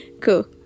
Cool